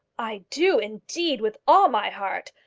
i do, indeed, with all my heart.